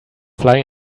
fly